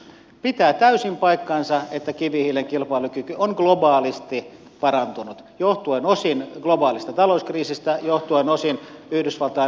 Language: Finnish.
pitää täysin paikkansa että kivihiilen kilpailukyky on globaalisti parantunut johtuen osin globaalista talouskriisistä johtuen osin yhdysvaltain liuskekaasuvallankumouksesta